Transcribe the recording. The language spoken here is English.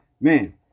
Man